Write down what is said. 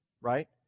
Right